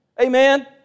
Amen